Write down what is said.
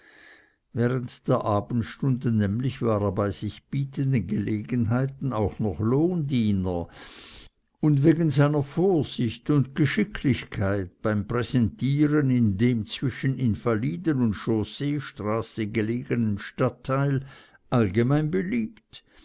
während der abendstunden nämlich war er bei sich bietenden gelegenheiten auch noch lohndiener und wegen seiner vorsicht und geschicklichkeit beim präsentieren in dem zwischen invaliden und chausseestraße gelegenen stadtteil allgemein beliebt